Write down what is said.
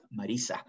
Marisa